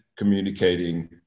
Communicating